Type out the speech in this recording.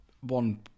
one